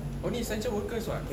only essential workers [what]